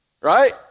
Right